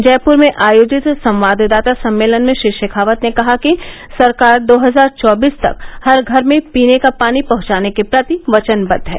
जयपुर में आयोजित संवाददाता सम्मेलन में श्री शेखावत ने कहा कि सरकार दो हजार चौबीस तक हर घर में पीने का पानी पहंचाने के प्रति वचनबद्ध है